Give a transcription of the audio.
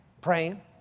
Praying